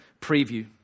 preview